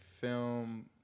film